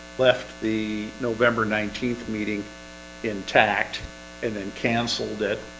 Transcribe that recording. left the november nineteenth meeting intact and and cancelled it